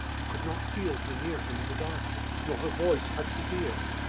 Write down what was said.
he could not feel her near him in the darkness nor her voice touch his ear.